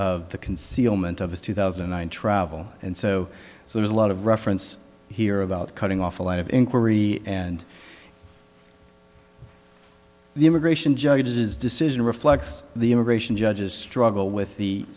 of the concealment of his two thousand and nine travel and so there's a lot of reference here about cutting off a lot of inquiry and the immigration judge's decision reflects the immigration judges struggle with the